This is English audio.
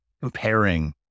comparing